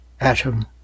atom